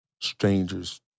strangers